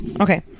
Okay